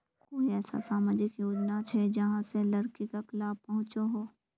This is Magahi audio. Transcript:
कोई ऐसा सामाजिक योजना छे जाहां से लड़किक लाभ पहुँचो हो?